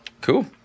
cool